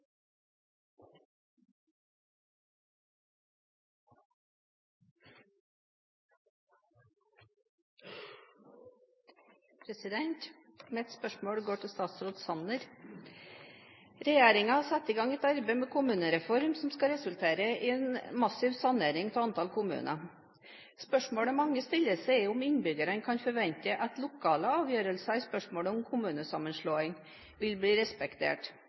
statsråd Sanner. Regjeringen har satt i gang et arbeid med en kommunereform som skal resultere i en massiv sanering av antall kommuner. Spørsmålet mange stiller seg, er om innbyggerne kan forvente at lokale avgjørelser i spørsmålet om kommunesammenslåing vil bli respektert.